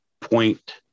point